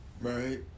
Right